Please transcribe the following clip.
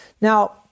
Now